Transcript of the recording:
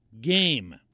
game